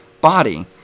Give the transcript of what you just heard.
body